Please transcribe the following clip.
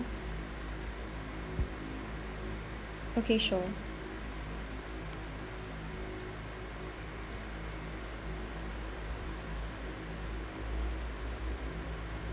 okay sure